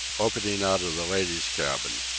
opening out of the ladies' cabin.